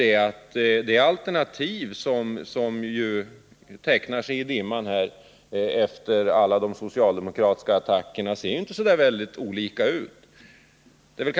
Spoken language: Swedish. Det gör att det alternativ som tecknar sig i dimman efter alla socialdemokratiska attacker inte är så olikt regeringens förslag.